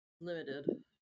limited